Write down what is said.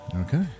okay